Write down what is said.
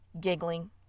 giggling